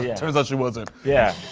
yeah turns out she wasn't. yeah.